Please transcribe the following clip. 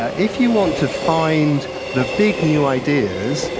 ah if you want to find the big new ideas,